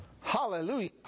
Hallelujah